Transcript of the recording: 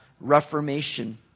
reformation